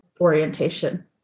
orientation